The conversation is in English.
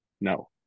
No